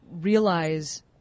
realize